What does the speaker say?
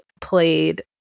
played